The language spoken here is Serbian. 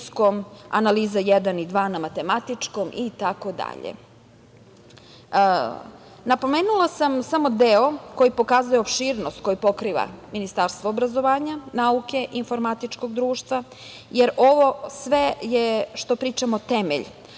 analiza jedan i dva na Matematičkom itd. Napomenula sam samo deo koji pokazuje opširnost koju pokriva Ministarstvo obrazovanja, nauke, informatičkog društva, jer ovo sve, što pričamo, je temelj.